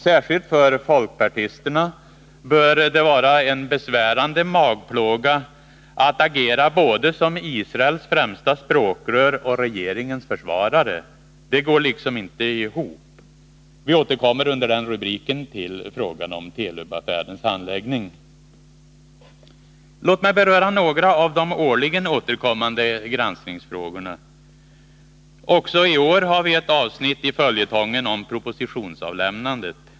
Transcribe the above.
Särskilt för folkpartisterna bör det vara en besvärande magplåga att agera både som Israels främsta språkrör och som regeringens försvarare. Det går liksom inte ihop. Vi återkommer till frågan om Telub-affärens handläggning. Låt mig beröra några av de årligen återkommande granskningsfrågorna. Också i år har vi ett avsnitt i följetongen om propositionsavlämnandet.